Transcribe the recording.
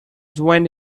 went